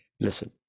Listen